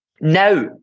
Now